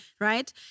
Right